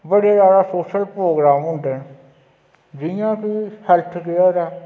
बड़े जादा social programme होंदे न जि'यां कि हेल्थ केयर ऐ